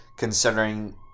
considering